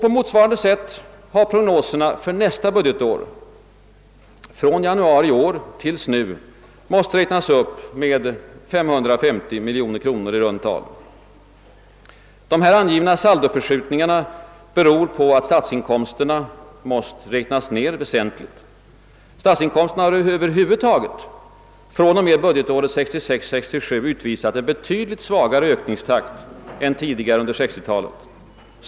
På motsvarande sätt har prognoserna för nästa budgetår från januari i år fram till i dag måst räknas upp med i runt tal 550 miljoner kronor. De angivna saldoförskjutningarna beror på att siatsinkomsterna måst räknas ned väsentligt. Statsinkomsterna har över huvud taget fr.o.m. budgetåret 1966/67 uppvisat en betydligt svagare ökningstakt än tidigare under 1960-talet.